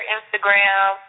Instagram